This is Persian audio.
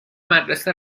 مدرسه